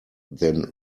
than